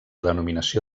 denominació